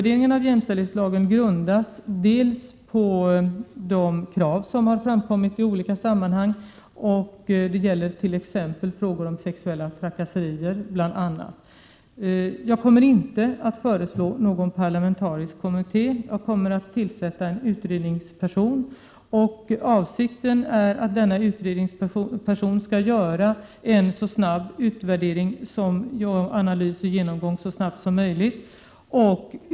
Denna utvärdering grundas delvis på de krav som har kommit fram i olika sammanhang. Det gäller bl.a. frågor om sexuella trakasserier. Jag kommer inte att föreslå någon parlamentarisk kommitté utan kommer att tillsätta en utredare, och avsikten är att denna utredare skall göra en analys och genomgång så snabbt som möjligt.